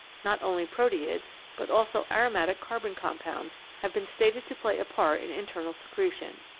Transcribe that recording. not only proteids, but also aromatic carbon compounds have been stated to play a part in internal secre tion.